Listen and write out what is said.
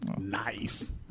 Nice